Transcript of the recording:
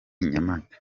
nyamata